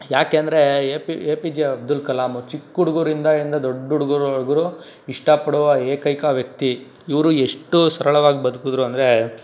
ಯಾಕೆ ಅಂದರೆ A P A P J Abdul Kalam ಚಿಕ್ಕ ಹುಡ್ಗರಿಂದ ಇಂದ ದೊಡ್ಡ ಹುಡ್ಗರ್ವರ್ಗು ಇಷ್ಟಪಡುವ ಏಕೈಕ ವ್ಯಕ್ತಿ ಇವರು ಎಷ್ಟು ಸರಳವಾಗಿ ಬದ್ಕಿದ್ರು ಅಂದರೆ